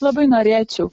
labai norėčiau